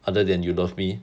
other than you love me